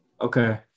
Okay